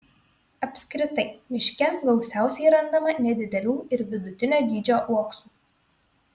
apskritai miške gausiausiai randama nedidelių ir vidutinio dydžio uoksų